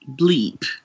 bleep